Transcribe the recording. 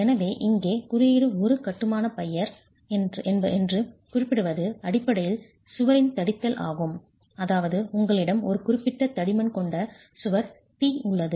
எனவே இங்கே குறியீடு ஒரு கட்டுமான பையர் என்று குறிப்பிடுவது அடிப்படையில் சுவரின் தடித்தல் ஆகும் அதாவது உங்களிடம் ஒரு குறிப்பிட்ட தடிமன் கொண்ட சுவர் 't' உள்ளது